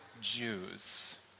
Jews